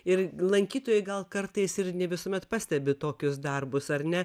ir lankytojai gal kartais ir ne visuomet pastebi tokius darbus ar ne